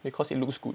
because it looks good